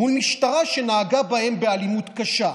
מול משטרה שנהגה בהם באלימות קשה.